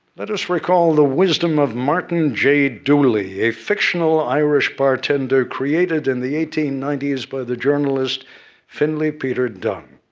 let us recall the wisdom of martin j. dooley, a fictional irish bartender created in the eighteen ninety s by the journalist finley peter dunne.